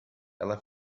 ela